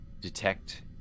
detect